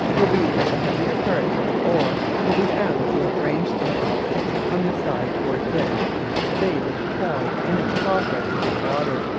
will be that the heavier parts of the ore will be found to have ranged themselves on the side towards which the spade was propelled in its progress through the water.